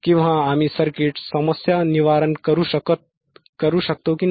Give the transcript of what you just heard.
किंवा आम्ही सर्किट समस्यानिवारण करू शकतो की नाही